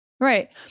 Right